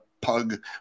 pug